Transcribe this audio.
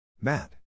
Matt